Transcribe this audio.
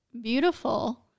beautiful